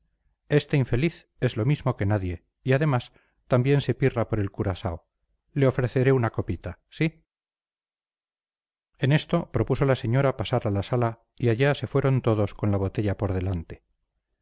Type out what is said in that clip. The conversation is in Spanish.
este infeliz es lo mismo que nadie y además también se pirra por el curaao le ofreceré una copita sí en esto propuso la señora pasar a la sala y allá se fueron todos con la botella por delante